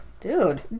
Dude